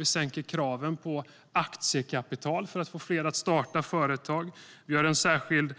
Vi sänker kraven på aktiekapital för att få fler att starta företag. Vi gör en särskild